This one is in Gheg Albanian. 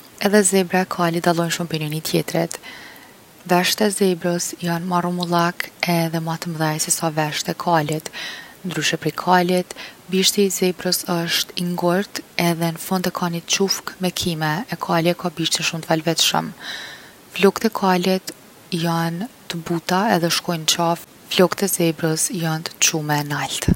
Edhe zebra e kali dallojn’ shum’ prej njoni tjetrit. Vesht e zebrës jon ma rrumullak edhe ma t’mdhej sesa vesht e kalit. Ndryshe prej kalit, bishti i zebrës osht i ngurtë edhe n’fund e ka ni çufkë me kime e kali e ka bishtin shum’ t’valvitshëm. Flokt e kalit jon t’buta edhe shkojn’ n’qafë. Flokt e zebrës jon t’qume nalt.